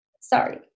Sorry